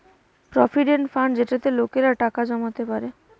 provident fund যেটাতে লোকেরা টাকা জমাতে পারে